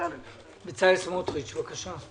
בצלאל סמוטריץ, בבקשה.